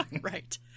Right